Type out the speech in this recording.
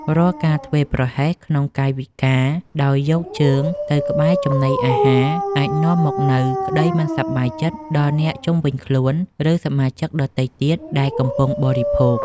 រាល់ការធ្វេសប្រហែសក្នុងកាយវិការដោយយកជើងទៅក្បែរចំណីអាហារអាចនាំមកនូវក្តីមិនសប្បាយចិត្តដល់អ្នកជុំវិញខ្លួន ឬ សមាជិកដទៃទៀតដែលកំពុងបរិភោគ។